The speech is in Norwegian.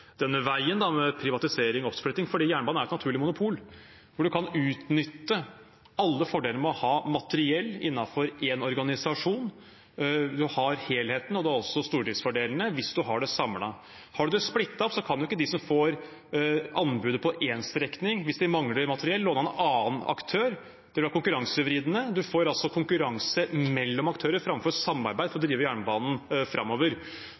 veien med privatisering og oppsplitting, fordi jernbanen er et naturlig monopol hvor man kan utnytte alle fordelene med å ha materiell innenfor én organisasjon. Man har helheten, og man har også stordriftsfordelene hvis man har det samlet. Har man det splittet opp, kan jo ikke de som får anbudet på én strekning, låne av en annen aktør hvis de mangler materiell. Det vil være konkurransevridende. Man får altså konkurranse mellom aktører framfor samarbeid for å drive jernbanen framover.